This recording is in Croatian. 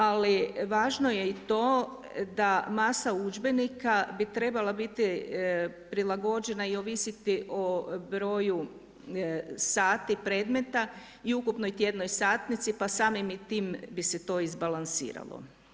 Ali važno je i to da masa udžbenika bi trebala biti prilagođena i ovisiti o broju sati predmeta i ukupnoj tjednoj satnici pa samim i time bi se to izbalansiralo.